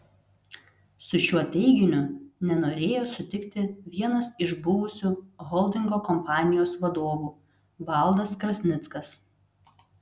su šiuo teiginiu nenorėjo sutikti vienas iš buvusių holdingo kompanijos vadovų valdas krasnickas